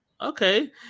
okay